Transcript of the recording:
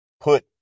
put